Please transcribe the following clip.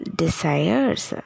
desires